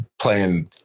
playing